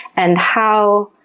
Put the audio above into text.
and how